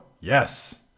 Yes